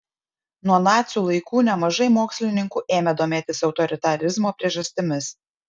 nuo nacių laikų nemažai mokslininkų ėmė domėtis autoritarizmo priežastimis